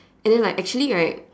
and then like actually right